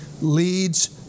leads